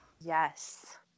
Yes